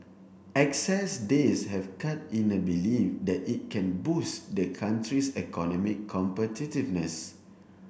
excess days have cut in a belief that it can boost the country's economic competitiveness